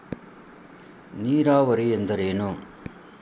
ನೀರಾವರಿ ಎಂದರೇನು?